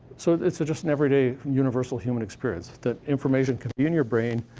so it's just an everyday universal human experience, that information can be in your brain,